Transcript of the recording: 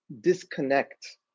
disconnect